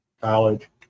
college